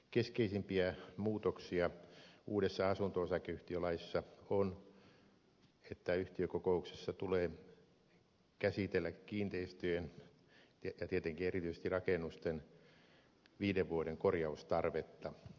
keskeisimpiä muutoksia uudessa asunto osakeyhtiölaissa on että yhtiökokouksessa tulee käsitellä kiinteistöjen ja tietenkin erityisesti rakennusten viiden vuoden korjaustarvetta